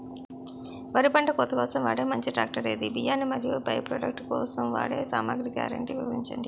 వరి పంట కోత కోసం వాడే మంచి ట్రాక్టర్ ఏది? బియ్యాన్ని మరియు బై ప్రొడక్ట్ కోసం వాడే సామాగ్రి గ్యారంటీ వివరించండి?